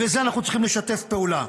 בזה אנחנו צריכים לשתף פעולה.